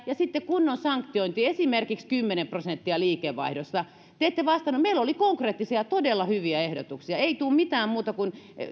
ja sitten kunnon sanktiointi esimerkiksi kymmenen prosenttia liikevaihdosta te ette vastannut meillä oli konkreettisia todella hyviä ehdotuksia ei tule mitään muuta kuin